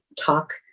talk